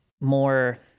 more